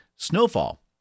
Snowfall